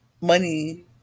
money